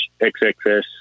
XXS